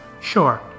Sure